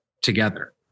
together